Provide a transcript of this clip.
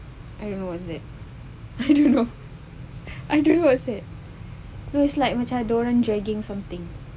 I don't know what is that I don't know I don't know what was that it was like macam ada orang dragging something